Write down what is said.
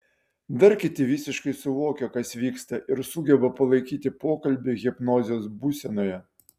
dar kiti visiškai suvokia kas vyksta ir sugeba palaikyti pokalbį hipnozės būsenoje